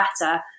better